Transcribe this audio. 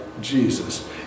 Jesus